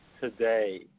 today